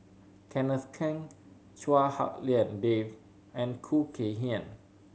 Kenneth Keng Chua Hak Lien Dave and Khoo Kay Hian